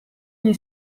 gli